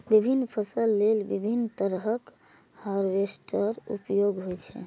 विभिन्न फसल लेल विभिन्न तरहक हार्वेस्टर उपयोग होइ छै